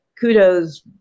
kudos